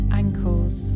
ankles